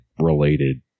related